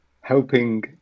helping